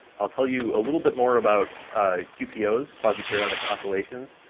i'll tell you a little bit more about qpos, quasi-periodic oscillations,